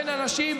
בין אנשים,